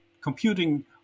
computing